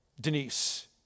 Denise